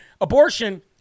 abortion